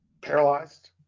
paralyzed